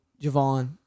Javon